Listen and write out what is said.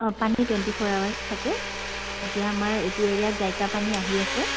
অঁ পানী twenty four hours থাকে এতিয়া আমাৰ এইটো এৰিয়াত জায়কা পানী আহি আছে